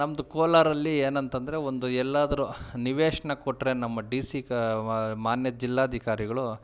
ನಮ್ಮದು ಕೋಲಾರ ಅಲ್ಲಿ ಏನಂತಂದರೆ ಒಂದು ಎಲ್ಲಾದರೂ ನಿವೇಶನ ಕೊಟ್ಟರೆ ನಮ್ಮ ಡಿ ಸಿ ಕ ಮಾನ್ಯ ಜಿಲ್ಲಾಧಿಕಾರಿಗಳೂ